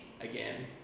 again